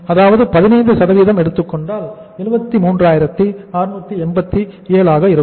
அதாவது 15 எடுத்துக்கொண்டால் 73687ஆக இருக்கும்